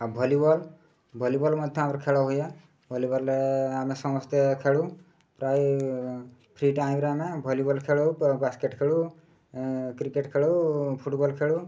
ଆଉ volleyball volleyball ମଧ୍ୟ ଆମର ଖେଳ ହୁଏ ଭଲିବଲରେ ଆମେ ସମସ୍ତେ ଖେଳୁ ପ୍ରାୟ ଫ୍ରି ଟାଇମ୍ରେ ଆମେ ଭଲିବଲ୍ ଖେଳୁ ବାସ୍କେଟ୍ ଖେଳୁ କ୍ରିକେଟ୍ ଖେଳୁ ଫୁଟବଲ୍ ଖେଳୁ